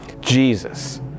Jesus